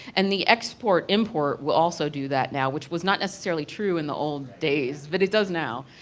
and the export-import will also do that now, which was not necessarily true in the old days but it does now.